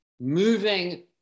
moving